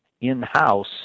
in-house